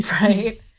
right